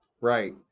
Right